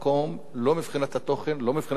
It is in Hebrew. לא מבחינת העיתוי ולא מבחינת הקונטקסט.